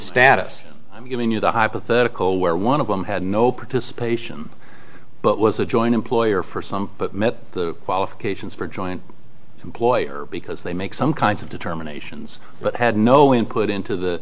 status i'm giving you the hypothetical where one of them had no participation but was a joint employer for some but met the qualifications for joint employer because they make some kinds of determinations but had no input into the